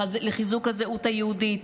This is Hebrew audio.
לחיזוק הזהות היהודית.